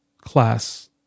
class